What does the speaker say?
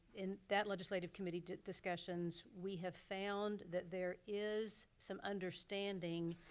in that legislative committee discussions, we have found that there is some understanding